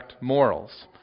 morals